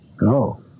No